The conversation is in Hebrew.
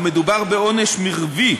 המדובר בעונש המרבי,